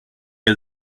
des